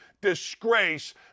disgrace